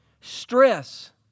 Stress